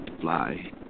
Fly